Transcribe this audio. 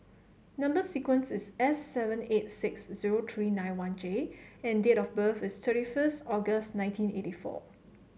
number sequence is S seven eight six zero three nine one J and date of birth is thirty first August nineteen eighty four